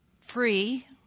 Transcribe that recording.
free